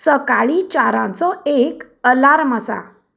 सकाळी चारांचो एक अलार्म आसा